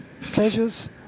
pleasures